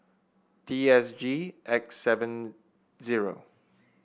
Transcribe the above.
T S G X seven zero